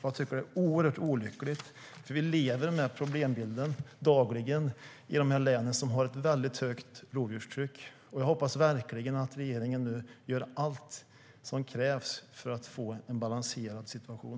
Jag tycker att det är oerhört olyckligt, för vi lever med problembilden dagligen i de län som har ett högt rovdjurstryck. Jag hoppas verkligen att regeringen nu gör allt som krävs för att få en balanserad situation.